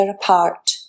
apart